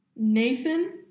Nathan